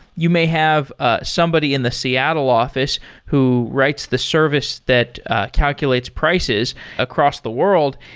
you may have ah somebody in the seattle office who writes the service that calculates prices across the world.